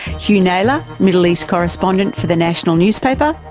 hugh naylor, middle east correspondent for the national newspaper,